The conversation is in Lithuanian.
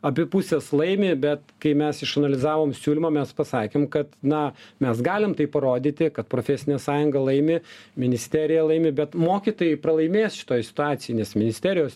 abi pusės laimi bet kai mes išanalizavom siūlymą mes pasakėm kad na mes galim tai parodyti kad profesinė sąjunga laimi ministerija laimi bet mokytojai pralaimės šitoj situacijoj nes ministerijos